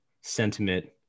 sentiment